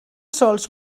sols